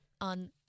on